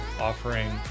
offering